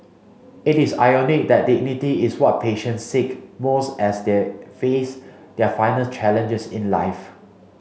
it is ironic that dignity is what patients seek most as they face their final challenges in life